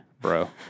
bro